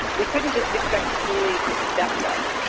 we couldn't just expect the community to accept us.